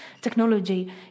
technology